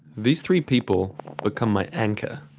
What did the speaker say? these three people become my anchor.